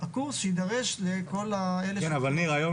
הקורס שיידרש לכל אלה ש --- אבל היום,